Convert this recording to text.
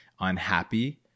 unhappy